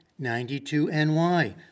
92NY